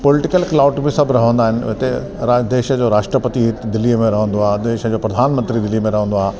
political cloud बि सभु रहंदा आहिनि हिते देश जो राष्ट्रपति दिल्लीअ में रहंदो आहे देश जो प्रधानमंत्री दिल्ली में रहंदो आहे